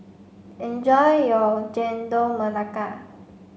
enjoy your Chendol Melaka